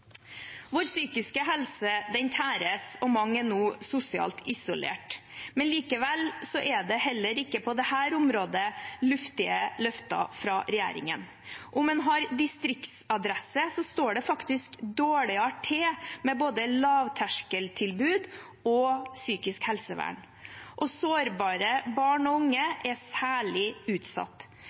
Vår psykiske helse tæres, og mange er nå sosialt isolert. Likevel er det heller ikke på dette området luftige løfter fra regjeringen. Om man har distriktsadresse står det faktisk dårligere til med både lavterskeltilbud og psykisk helsevern, og sårbare barn og unge er særlig utsatt.